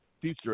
future